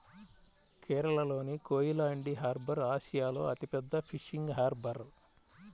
కేరళలోని కోయిలాండి హార్బర్ ఆసియాలో అతిపెద్ద ఫిషింగ్ హార్బర్